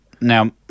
Now